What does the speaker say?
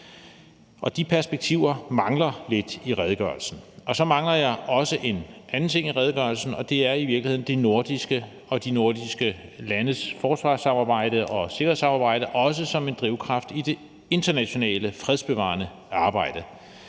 De perspektiver mangler lidt i redegørelsen, og så mangler jeg også en anden ting i redegørelsen, og det er i virkeligheden det nordiske og de nordiske landes forsvarssamarbejde og sikkerhedssamarbejde, også som en drivkraft i det internationale fredsbevarende arbejde.